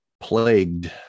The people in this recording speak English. plagued